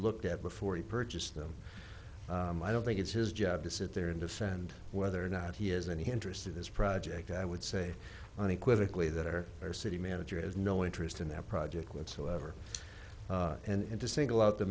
looked at before he purchased them i don't think it's his job to sit there and defend whether or not he has any interest in this project i would say unequivocally that or are city manager has no interest in the project whatsoever and to single out the